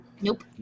Nope